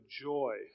joy